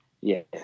Yes